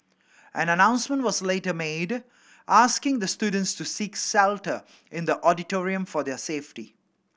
an announcement was later made asking the students to seek shelter in the auditorium for their safety